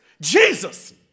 Jesus